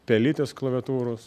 pelytės klaviatūros